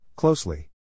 Closely